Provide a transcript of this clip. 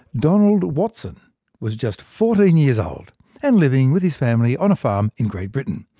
donald watson was just fourteen years old and living with his family on a farm in great britain.